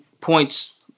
points